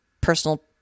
personal